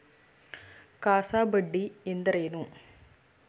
CASA ಬಡ್ಡಿ ಎಂದರೇನು?